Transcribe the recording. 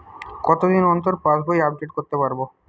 কতদিন অন্তর পাশবই আপডেট করতে পারব?